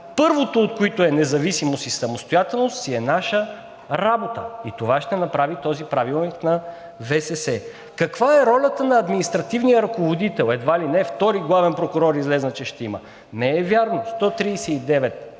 първото от които е независимост и самостоятелност, си е наша работа и това ще направи този правилник на ВСС. Каква е ролята на административния ръководител – едва ли не излезе, че втори главен прокурор ще има. Не е вярно –